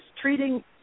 treating